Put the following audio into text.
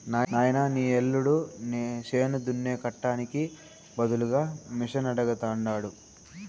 నాయనా నీ యల్లుడు చేను దున్నే కట్టానికి బదులుగా మిషనడగతండాడు